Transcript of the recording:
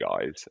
guys